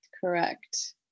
Correct